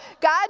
God